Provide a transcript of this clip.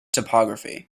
topography